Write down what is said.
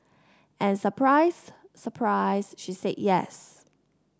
and surprise surprise she said yes